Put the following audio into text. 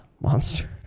Monster